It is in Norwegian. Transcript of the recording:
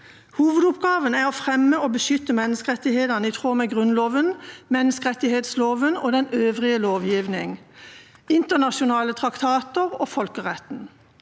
Hovedoppgaven er å fremme og beskytte menneskerettighetene i tråd med Grunnloven, menneskerettighetsloven og den øvrige lovgivningen, internasjonale traktater og folkeretten.